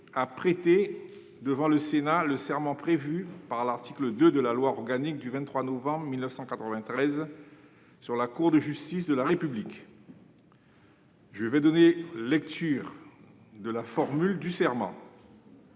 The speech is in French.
à prêter, devant le Sénat, le serment prévu par l'article 2 de la loi organique du 23 novembre 1993 sur la Cour de justice de la République. Je vais donner lecture de la formule du serment.